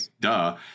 duh